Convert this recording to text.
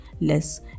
less